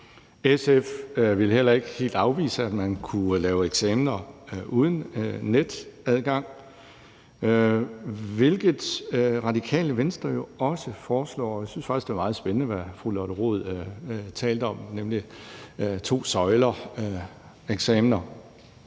SF vil heller ikke helt afvise, at man kunne lave eksamener uden netadgang, hvilket Radikale Venstre jo også foreslår. Jeg synes faktisk, det var meget spændende, hvad fru Lotte Rod talte om, nemlig to søjler: eksamener